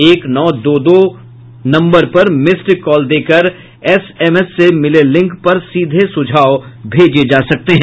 एक नौ दो दो नम्बर पर मिस्ड कॉल देकर एसएमएस से मिले लिंक पर सीधे सुझाव भेजे जा सकते हैं